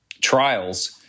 trials